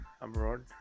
abroad